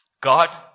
God